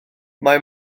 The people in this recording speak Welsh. mae